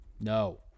No